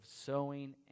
sowing